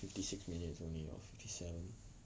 fifty six minutes only or fifty seven